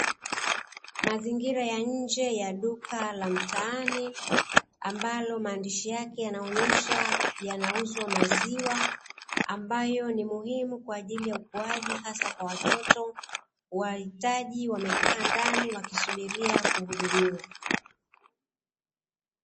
Mazingira ya nje ya duka la mtaani ambalo, maandishi yake yanaonyesha yanauzwa maziwa, ambayo ni muhimu kwa ajili ya ukuaji hasa kwa watoto. Wahitaji wamekaa ndani wakisubiria kuhudumiwa.